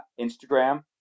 Instagram